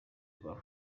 rwa